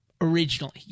originally